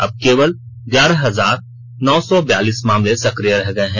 अब केवल ग्यारह हजार नौ सौ बैयालीस मामले सक्रिय रह गए हैं